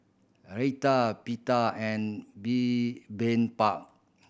Raita Pita and Bibimbap